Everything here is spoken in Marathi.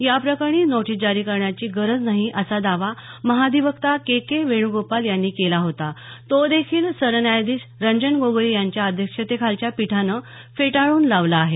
याप्रकरणी नोटीस जारी करण्याची गरज नाही असा दावा महाधिवक्ता के के वेण्गोपाल यांनी केला होता तो देखील सरन्यायाधीश रंजन गोगोई यांच्या अध्यक्षतेखालच्या पीठानं फेटाळून लावला आहे